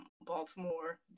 Baltimore